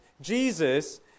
Jesus